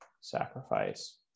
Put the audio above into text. sacrifice